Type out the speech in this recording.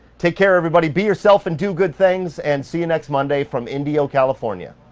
take care, everybody, be yourself and do good things and see you next monday from indio, california.